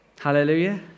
Hallelujah